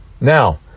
Now